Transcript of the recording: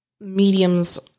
mediums